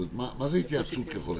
מה זה התייעצות ככל האפשר?